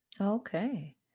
Okay